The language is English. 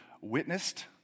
witnessed